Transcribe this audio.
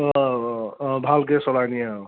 অঁ অঁ অঁ ভালকৈ চলাই নিয়ে অঁ